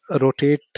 rotate